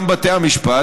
גם בתי המשפט,